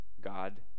God